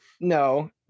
no